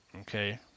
okay